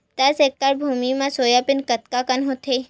दस एकड़ भुमि म सोयाबीन कतका कन होथे?